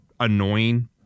annoying